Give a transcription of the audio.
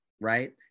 right